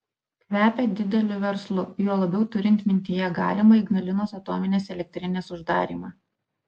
kvepia dideliu verslu juo labiau turint mintyje galimą ignalinos atominės elektrinės uždarymą